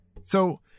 So—